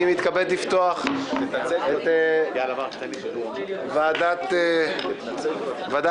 אני מתכבד לפתוח את הדיון של הוועדה המסדרת.